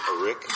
Rick